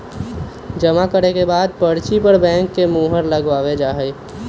जमा करे के बाद पर्ची पर बैंक के मुहर लगावल जा हई